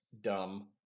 dumb